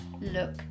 look